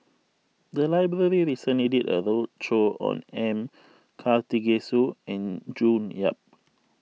the library recently did a roadshow on M Karthigesu and June Yap